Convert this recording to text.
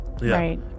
Right